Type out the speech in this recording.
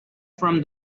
from